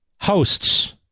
hosts